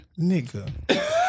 Nigga